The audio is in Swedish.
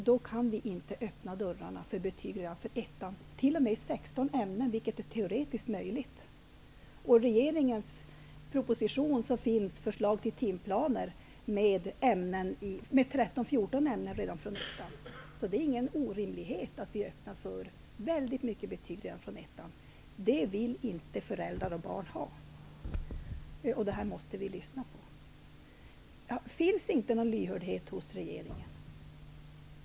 Då kan vi inte öppna dörrarna för betyg redan från ettan, t.o.m. i 16 ämnen, vilket är teoretiskt möjligt. I regeringens proposition finns förslag till timplaner med 13--14 ämnen redan från ettan. Det är ingen orimlighet att vi öppnar för väldigt mycket betyg redan från ettan. Det vill inte föräldrar och barn ha. Detta måste vi lyssna på. Finns det inte någon lyhördhet hos regeringen?